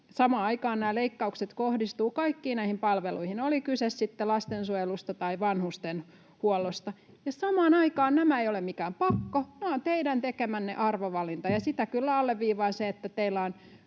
Samaan aikaan nämä leikkaukset kohdistuvat kaikkiin näihin palveluihin, oli kyse sitten lastensuojelusta tai vanhustenhuollosta. Ja samaan aikaan nämä eivät ole mikään pakko vaan teidän tekemänne arvovalinta. Sitä kyllä alleviivaa se, että teillä on